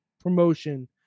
promotion